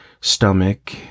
stomach